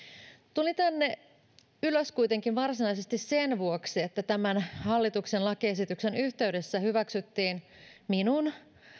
tulin tänne ylös kuitenkin varsinaisesti sen vuoksi että tämän hallituksen lakiesityksen yhteydessä hyväksyttiin minun